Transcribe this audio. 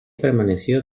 permaneció